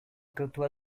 côtoie